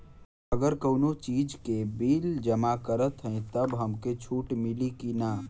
अगर कउनो चीज़ के बिल जमा करत हई तब हमके छूट मिली कि ना?